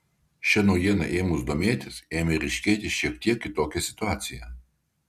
šia naujiena ėmus domėtis ėmė ryškėti šiek tiek kitokia situacija